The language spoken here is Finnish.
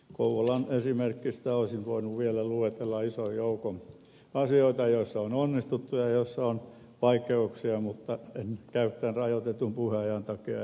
kouvolan esimerkistä olisin vielä voinut luetella ison joukon asioita joissa on onnistuttu ja joissa on vaikeuksia mutta en käykään rajoitetun puheajan takia enää jatkamaan